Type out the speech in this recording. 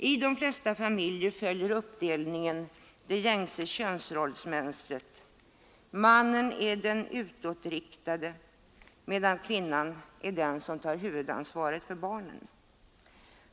Men i familjerna följer vanligen uppdelningen det gängse könsrollsmönstret: mannen är den utåtriktade, medan kvinnan är den som tar huvudansvaret för barnen.